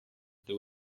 there